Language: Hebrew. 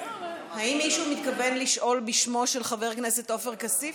האם מישהו מתכוון לשאול בשמו של חבר הכנסת עופר כסיף?